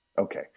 Okay